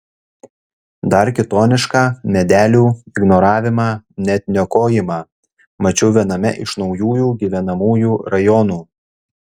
dar kitonišką medelių ignoravimą net niokojimą mačiau viename iš naujųjų gyvenamųjų rajonų